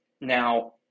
Now